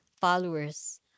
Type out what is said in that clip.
followers